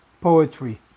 poetry